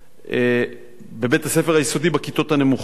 בבית-הספר היסודי בכיתות הנמוכות,